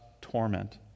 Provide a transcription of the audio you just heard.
torment